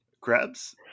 Crabs